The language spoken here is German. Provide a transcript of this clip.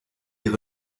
ihre